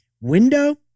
Window